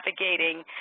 navigating